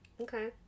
okay